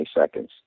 seconds